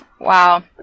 Wow